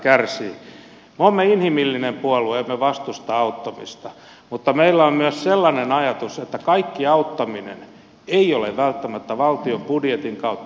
me olemme inhimillinen puolue emme vastusta auttamista mutta meillä on myös sellainen ajatus että kaikki auttaminen ei tapahdu välttämättä valtion budjetin kautta